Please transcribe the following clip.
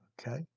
okay